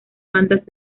bandas